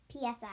PSI